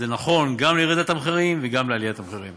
זה נכון גם לירידת המחירים וגם לעליית המחירים,